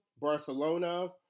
Barcelona